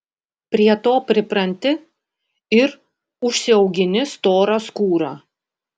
prie to pripranti ir užsiaugini storą skūrą